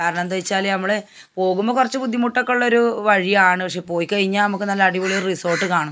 കാരണം എന്ത് ചോദിച്ചാൽ ഞമ്മൾ പോകുമ്പോൾ കുറച്ചു ബുദ്ധിമുട്ടൊക്കെ ഉള്ളൊരു വഴിയാണ് പക്ഷേ പോയിക്കഴിഞ്ഞാൽ നമുക്ക് നല്ല അടിപൊളിയൊരു റിസോട്ട് കാണും